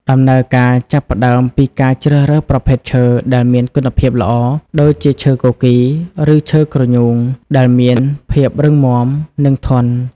ដំណើរការចាប់ផ្ដើមពីការជ្រើសរើសប្រភេទឈើដែលមានគុណភាពល្អ ដូចជាឈើគគីរ ឬឈើគ្រញូង ដែលមានភាពរឹងមាំ និងធន់។